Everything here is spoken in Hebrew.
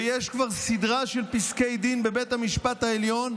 ויש כבר סדרה של פסקי דין בבית המשפט העליון,